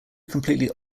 completely